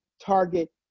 target